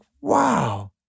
Wow